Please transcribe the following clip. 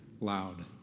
loud